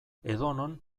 edonon